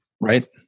right